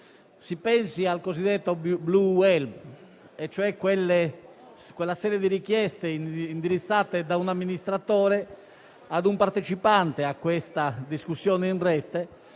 Si pensi al cosiddetto *blue whale*, cioè quella serie di richieste, indirizzate da un amministratore a un partecipante a una discussione in rete,